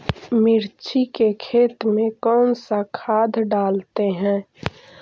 मिर्ची के खेत में कौन सा खाद डालते हैं?